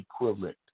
equivalent